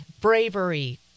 bravery